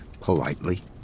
politely